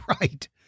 right